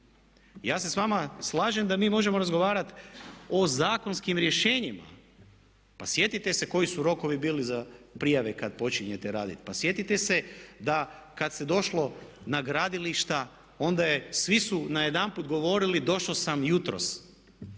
Ja se s vama slažem da mi možemo razgovarati o zakonskim rješenjima. Pa sjetite se koji su rokovi bili za prijave kad počinjete raditi. Pa sjetite se da kad se došlo na gradilišta onda je, svi su najedanput govorili došao sam jutros,